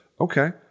Okay